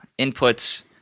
Inputs